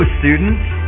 students